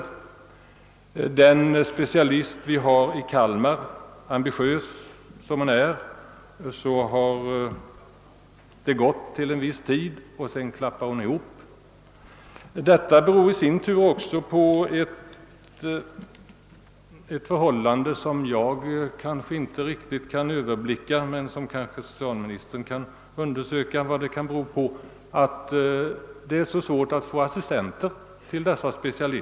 Tack vare den specialist vi har i Kalmar, som är mycket ambitiös, har det gått under en viss tid. Men tidvis har arbetsbördan blivit för stor. Svårigheten att få vård beror även på ett annat förhållande, vars orsaker jag inte riktigt kan överblicka men som socialministern kanske kan reda ut, nämligen att det är mycket svårt att få assistenter till specialisterna.